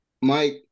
Mike